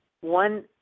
one